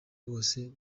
rwose